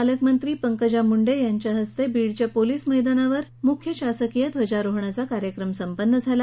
पालकमंत्री पंकजा मुंडे यांच्या हस्ते बीडच्या पोलिस मैदानावर मुख्य शासकीय ध्वजारोहणाचा कार्यक्रम संपन्न झाला